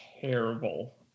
terrible